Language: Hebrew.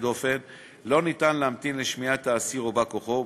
דופן לא ניתן להמתין לשמיעת האסיר או בא-כוחו,